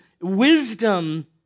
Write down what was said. Wisdom